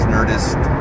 Nerdist